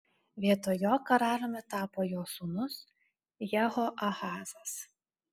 vietoj jo karaliumi tapo jo sūnus jehoahazas